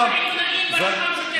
אנחנו חברי כנסת.